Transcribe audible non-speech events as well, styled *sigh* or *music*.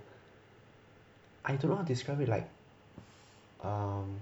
I don't know how to describe it like *breath* um